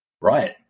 Right